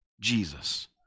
Jesus